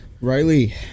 Riley